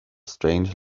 strange